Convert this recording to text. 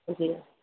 जी